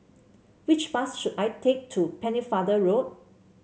which bus should I take to Pennefather Road